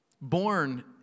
born